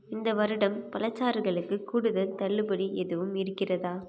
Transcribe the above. இந்த வருடம் பழச்சாறுகளுக்கு கூடுதல் தள்ளுபடி எதுவும் இருக்கிறதா